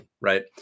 Right